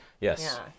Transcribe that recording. Yes